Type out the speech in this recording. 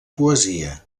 poesia